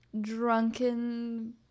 drunken